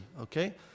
Okay